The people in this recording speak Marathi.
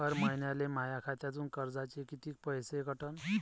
हर महिन्याले माह्या खात्यातून कर्जाचे कितीक पैसे कटन?